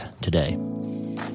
today